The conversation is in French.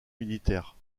militaire